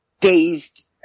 dazed